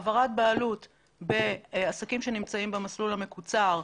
העברת בעלות בעסקים שנמצאים במסלול המקוצר,